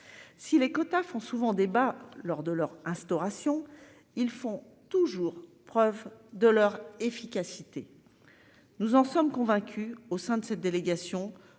Si les quotas font souvent débat lors de leur instauration ils font toujours preuve de leur efficacité. Nous en sommes convaincus au sein de cette délégation